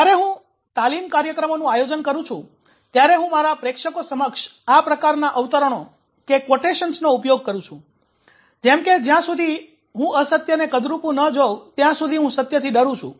જ્યારે હું તાલીમ કાર્યક્રમોનું આયોજન કરું છું ત્યારે હું મારા પ્રેક્ષકો સમક્ષ આ પ્રકારના અવતરણો નો ઉપયોગ કરું છું જેમ કે જ્યાં સુધી હું અસત્યને કદરુપુ ન જોઉં ત્યાં સુધી હું સત્યથી ડરું છું